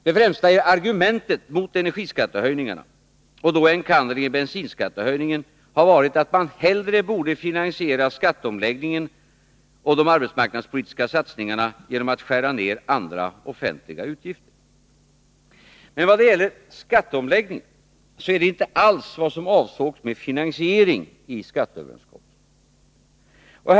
Det främsta argumentet mot energiskattehöjningarna — och då enkannerligen bensinskattehöjningen — har varit att man hellre än att höja dessa skatter borde finansiera skatteomläggningen och de arbetsmarknadspolitiskasatsningarna genom att skära ned andra offentliga utgifter. Men vad gäller skatteomläggningen är detta inte alls vad som avsågs med ”finansiering” i skatteöverenskommelsen.